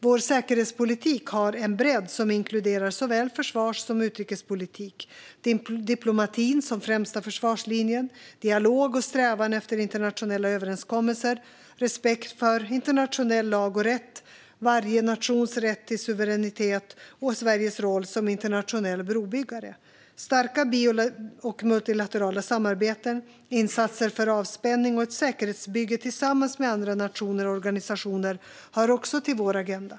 Vår säkerhetspolitik har en bredd som inkluderar såväl försvars som utrikespolitik, diplomati som främsta försvarslinje, dialog och strävan efter internationella överenskommelser, respekt för internationell lag och rätt, varje nations rätt till suveränitet och Sveriges roll som internationell brobyggare. Starka bi och multilaterala samarbeten, insatser för avspänning och ett säkerhetsbygge tillsammans med andra nationer och organisationer hör också till vår agenda.